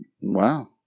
wow